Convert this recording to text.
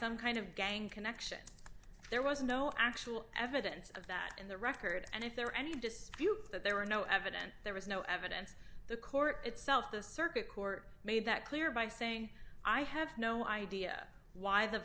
some kind of gang connection there was no actual evidence of that in the record and if there are any dispute that there were no evidence there was no evidence the court itself the circuit court made that clear by saying i have no idea why the